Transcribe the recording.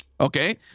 Okay